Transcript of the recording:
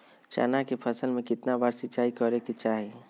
चना के फसल में कितना बार सिंचाई करें के चाहि?